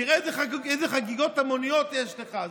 תראה איזה חגיגות המוניות יש לך.